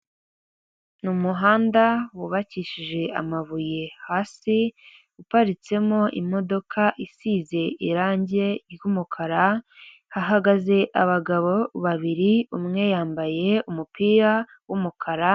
Ni umuhanda wubakishije amabuye iparitsemo imodoka isize irangi ry’umukara, hahagaze abagabo babiri umwe yambaye umupira wumukara.